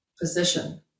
position